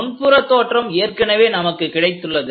முன்புற தோற்றம் ஏற்கனவே நமக்கு கிடைத்துள்ளது